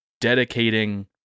dedicating